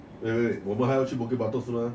wait wait 我们还要去 bukit batok 是吗